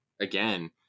again